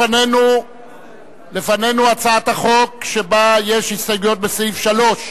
לפנינו הצעת חוק שבה יש הסתייגויות בסעיף 3,